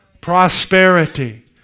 Prosperity